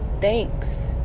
thanks